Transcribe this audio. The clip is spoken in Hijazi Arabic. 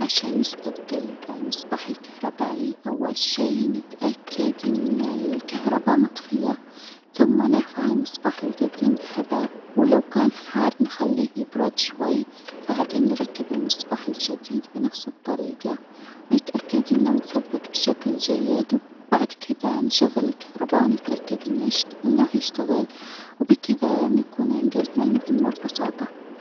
عشان نستبدل المصباح الكهربائي، أول شيء نتأكد إن الكهرباء مطفية، ثم نرفع المصباح الجديم بحذر، و لو كان حار نخليه يبرد شو، و بعدين نركب المصباح الجديد بنفس الطريقة، ونتأكد إنه مثبت بشكل جيد، و بعد كده نشغل الكهرباء، ونتأكد إنه يش إنه هيشتغل وبكده نكون أنجزنا المهمة ببساطة!